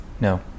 No